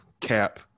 cap